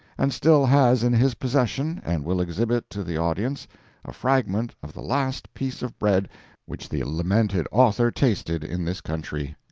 and still has in his possession and will exhibit to the audience a fragment of the last piece of bread which the lamented author tasted in this country.